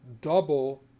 double